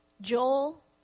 Joel